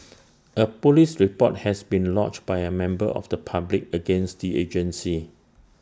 A Police report has been lodged by A member of the public against the agency